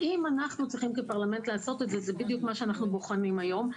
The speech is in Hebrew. האם אנחנו צריכים כפרלמנט לעשות את זה זה בדיוק מה שאנחנו בוחנים היום,